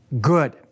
good